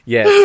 Yes